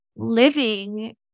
living